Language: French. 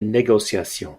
négociation